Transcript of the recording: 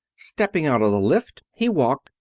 stepping out of the lift he walked,